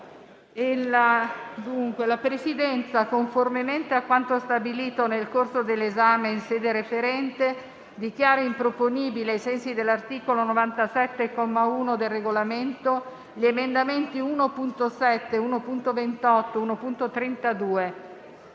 La Presidenza, conformemente a quanto stabilito nel corso dell'esame in sede referente, dichiara improponibili, ai sensi dell'articolo 97, comma 1, del Regolamento, gli emendamenti 1.7, 1.28, 1.32,